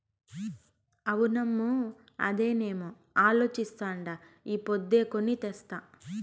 అవునమ్మో, అదేనేమో అలోచిస్తాండా ఈ పొద్దే కొని తెస్తా